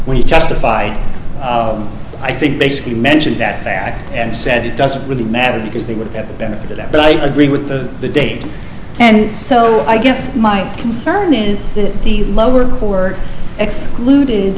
when he testified i think basically mentioned that back and said it doesn't really matter because they would have the benefit of that but i agree with the date and so i guess my concern is that the lower court excluded